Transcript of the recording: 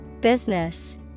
Business